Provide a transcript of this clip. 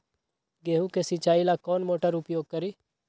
गेंहू के सिंचाई ला कौन मोटर उपयोग करी?